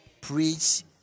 preach